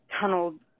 tunneled